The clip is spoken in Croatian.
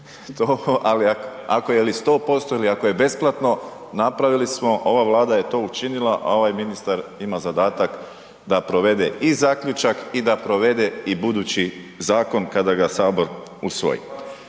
ali ako je ili ako je besplatno, napravili smo, ova Vlada je to učinila, a ovaj ministar ima zadatak da provede i zaključak i da provede i budući zakon kada ga Sabor usvoji.